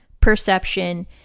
perception